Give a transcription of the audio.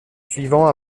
suivants